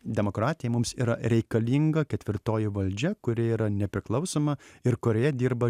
demokratija mums yra reikalinga ketvirtoji valdžia kuri yra nepriklausoma ir kurioje dirba